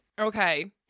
Okay